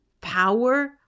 power